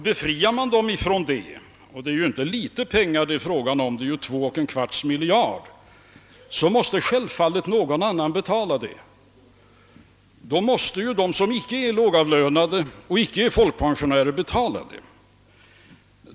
Befriar man dem härifrån — det kostar inte mindre än 2!/4 miljarder -— måste några andra, d. v. s. de som icke är lågavlönade och icke är pensionärer, betala den summan.